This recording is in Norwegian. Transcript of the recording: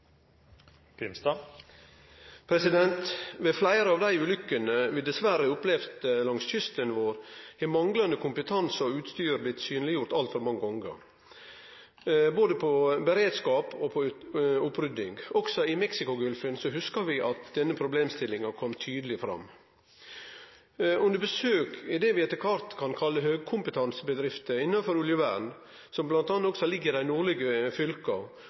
replikkordskifte. Ved fleire av dei ulykkene vi dessverre opplevde langs kysten vår, har manglande kompetanse og utstyr blitt synleggjorde altfor mange gonger, med omsyn til både beredskap og rydding. Òg i Mexicogolfen hugsar vi at denne problemstillinga kom tydeleg fram. Under besøk i det vi etter kvart kan kalle høgkompetansebedrifter innanfor oljevern, som bl.a. òg ligg i dei nordlege fylka,